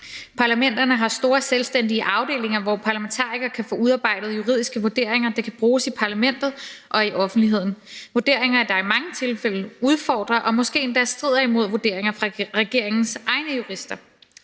Parlamenterne har store selvstændige afdelinger, hvor parlamentarikere kan få udarbejdet juridiske vurderinger, der kan bruges i parlamentet og i offentligheden. Det er vurderinger, der i mange tilfælde udfordrer og måske endda strider imod vurderinger fra regeringens egne jurister.